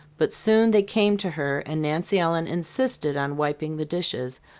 but soon they came to her and nancy ellen insisted on wiping the dishes,